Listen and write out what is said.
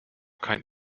kein